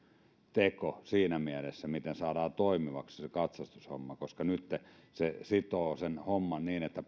teko siinä mielessä miten saadaan toimivaksi se katsastushomma koska nytten se sitoo sen homman niin että